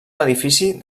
edifici